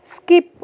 skip